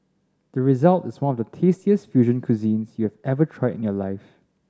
the result is one of the tastiest fusion cuisines you have ever tried in your life